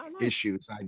issues